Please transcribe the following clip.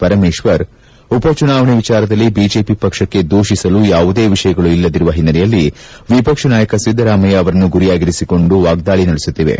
ಪರಮೇಶ್ವರ್ ಉಪ ಚುನಾವಣಿ ವಿಚಾರದಲ್ಲಿ ಬಿಜೆಪಿ ಪಕ್ಷಕ್ಕೆ ದೂಷಿಸಲು ಯಾವುದೇ ವಿಷಯಗಳು ಇಲ್ಲದಿರುವ ಹಿನ್ನಲೆಯಲ್ಲಿ ವಿಪಕ್ಷ ನಾಯಕ ಸಿದ್ಧರಾಮಯ್ಯ ಅವರನ್ನು ಗುರಿಯಾಗಿಸಿಕೊಂಡು ವಾಗ್ನಾಳಿ ನಡೆಸುತ್ತಿವೆ